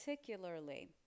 particularly